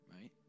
Right